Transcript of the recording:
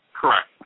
Correct